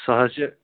سُہ حظ چھِ